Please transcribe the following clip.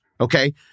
okay